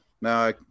no